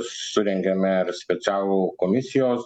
surengėme ir specialų komisijos